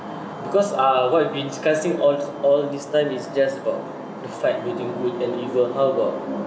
because ah what we've been discussing all all these time is just about the fight between good and evil how about